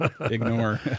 Ignore